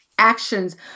actions